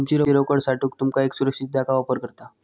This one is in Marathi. तुमची रोकड साठवूक तुमका एक सुरक्षित जागा ऑफर करता